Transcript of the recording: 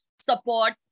support